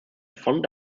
fond